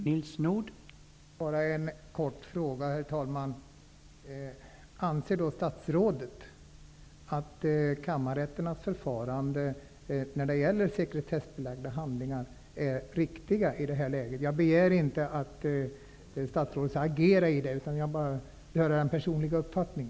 Herr talman! Bara en fråga: Anser statsrådet att kammarrätternas förfarande när det gäller sekretessbelagda handlingar är riktigt i det här läget? Jag begär inte att statsrådet skall agera, utan jag vill bara veta vad som är statsrådets personliga uppfattning.